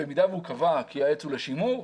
במידה והוא קבע כי העץ הוא לשימור,